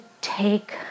take